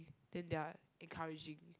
then they are encouraging